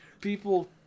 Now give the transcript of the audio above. people